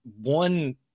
one